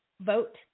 vote